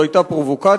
זאת היתה פרובוקציה,